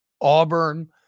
Auburn